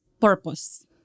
purpose